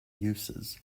uses